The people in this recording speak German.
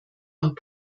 und